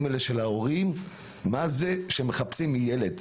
האלה של ההורים מה זה כאשר מחפשים ילד.